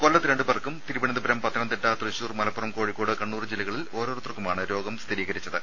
കൊല്ലത്ത് രണ്ടു പേർക്കും തിരുവനന്തപുരം പത്തനംതിട്ട തൃശൂർ മലപ്പുറം കോഴിക്കോട് കണ്ണൂർ ജില്ലകളിൽ ഓരോരുത്തർക്കുമാണ് രോഗം സ്ഥിരീകരിച്ചത്